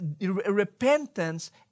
repentance